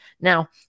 Now